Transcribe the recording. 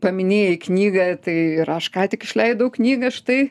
paminėjai knygą tai ir aš ką tik išleidau knygą štai